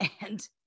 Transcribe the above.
And-